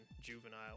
juvenile